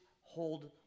hold